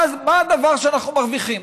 מה הדבר שאנחנו מרוויחים?